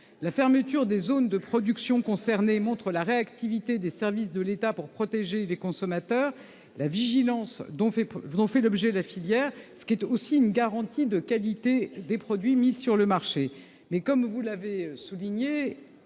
La fermeture des zones de production concernées montre la réactivité des services de l'État pour protéger les consommateurs. La vigilance dont fait l'objet la filière est aussi une garantie de qualité des produits mis sur le marché. Toutefois, comme vous l'avez souligné,